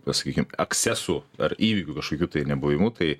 pasakykim aksesų ar įvykių kažkokiu tai nebuvimu tai